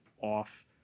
off